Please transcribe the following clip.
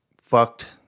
fucked